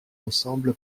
ensemble